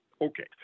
Okay